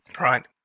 Right